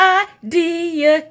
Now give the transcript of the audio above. idea